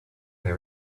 they